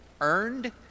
earned